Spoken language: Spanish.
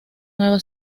nueva